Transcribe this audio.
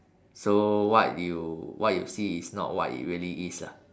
so what you what you see is not what it really is lah